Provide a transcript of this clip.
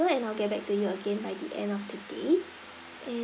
and I'll get back to you again by the end of today and